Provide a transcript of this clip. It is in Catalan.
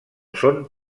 són